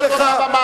להוריד אותו מהבמה.